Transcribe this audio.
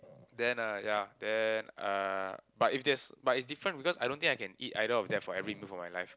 then uh ya then uh but if there's but it's different because I don't think I can either of that for every meal of my life